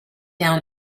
down